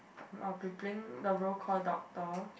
I'll be playing the role called doctor